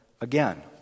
again